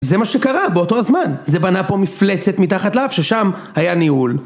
זה מה שקרה באותו הזמן, זה בנה פה מפלצת מתחת לאף. ששם, היה ניהול.